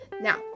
now